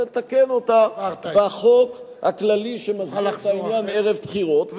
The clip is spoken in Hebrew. צריך לתקן אותה בחוק הכללי שמסדיר את העניין ערב בחירות,